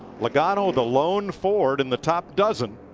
logano the lone ford in the top dozen.